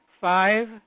Five